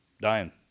Dying